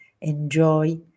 enjoy